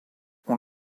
ont